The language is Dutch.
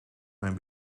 mijn